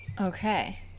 Okay